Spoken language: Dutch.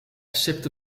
sipte